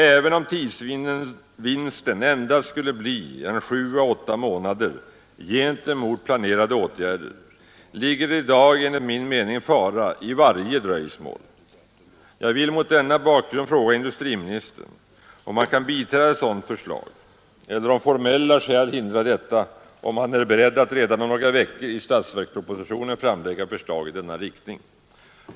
Även om tidsvinsten endast blir en 7 å 8 månader gentemot planerade åtgärder ligger det i dag enligt min mening fara i varje dröjsmål. Jag vill mot denna bakgrund fråga industriministern om han kan biträda ett sådant förslag eller, om formella skäl hindrar detta, om han är beredd att redan om några veckor i statsverkspropositionen framlägga förslag i denna riktning.